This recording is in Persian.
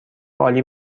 عالی